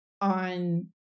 on